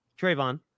Trayvon